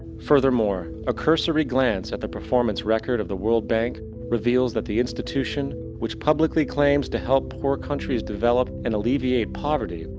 furthermore, a cursory glance at the performance record of the world bank reveals that the institution, which publicly claims to help poor countries develop and alleviate poverty,